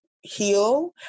heal